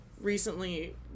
recently